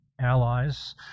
allies